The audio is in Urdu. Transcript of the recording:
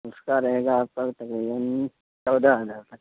اس کا رہے گا آپ کا تقریباً چودہ ہزار تک